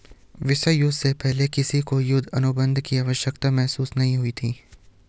विश्व युद्ध से पहले किसी को युद्ध अनुबंध की आवश्यकता महसूस नहीं हुई थी